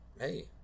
hey